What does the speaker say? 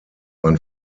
man